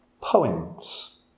poems